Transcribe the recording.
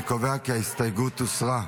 אני קובע כי ההסתייגות הוסרה.